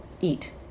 eat